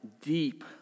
deep